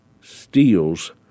steals